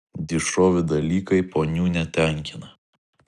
dišovi dalykai ponių netenkina